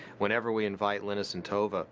whenever we invite linus and tove, ah